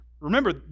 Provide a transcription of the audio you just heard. remember